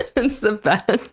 it's the best.